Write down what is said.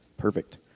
Perfect